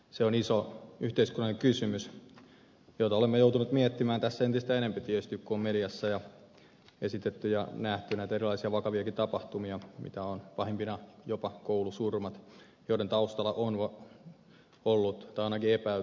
se on iso yhteiskunnallinen kysymys jota olemme joutuneet miettimään entistä enemmän tietysti kun on mediassa esitetty ja nähty näitä erilaisia vakaviakin tapahtumia pahimpina jopa koulusurmat joiden taustalla on ollut tai ainakin epäilty kiusaamista